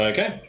Okay